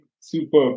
Super